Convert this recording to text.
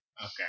Okay